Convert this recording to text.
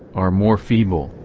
are more feeble,